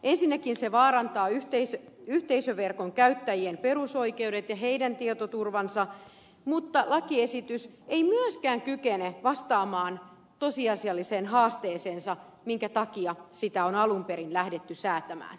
ensinnäkin se vaarantaa yhteisöverkon käyttäjien perusoikeudet ja heidän tietoturvansa mutta lakiesitys ei myöskään kykene vastaamaan tosiasialliseen haasteeseensa minkä takia sitä on alun perin lähdetty säätämään